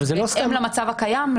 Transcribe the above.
בהתאם למצב הקיים,